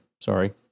Sorry